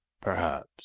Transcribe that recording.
Perhaps